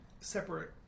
separate